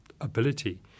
ability